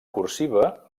cursiva